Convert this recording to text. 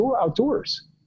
outdoors